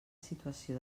situació